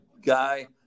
guy